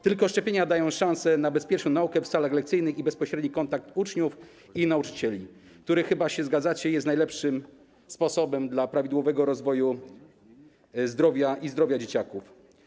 Tylko szczepienia dają szansę na bezpieczną naukę w salach lekcyjnych i bezpośredni kontakt uczniów i nauczycieli, który - chyba się zgadzacie - jest najlepszym sposobem dla prawidłowego rozwoju i zdrowia dzieciaków.